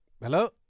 Hello